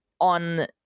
on